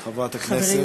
בבקשה, חברת הכנסת.